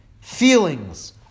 feelings